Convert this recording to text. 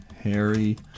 Harry